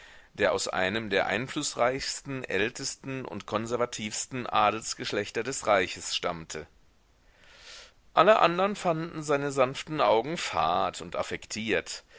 der aus einem der einflußreichsten ältesten und konservativsten adelsgeschlechter des reiches stammte alle anderen fanden seine sanften augen fad und affektiert